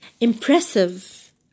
impressive